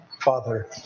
Father